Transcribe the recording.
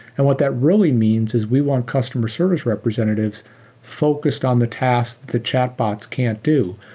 and what that really means is we want customer service representatives focused on the task that chat bots can't do.